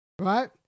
right